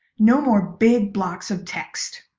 no more big blocks of text!